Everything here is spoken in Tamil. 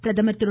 பிரதமர் திரு